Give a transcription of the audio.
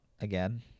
again